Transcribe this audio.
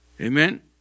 Amen